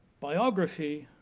biography